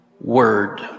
word